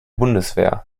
bundeswehr